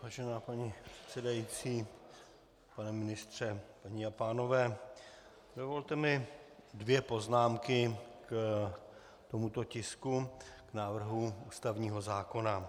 Vážená paní předsedající, pane ministře, paní a pánové, dovolte mi dvě poznámky k tomuto tisku, k návrhu ústavního zákona.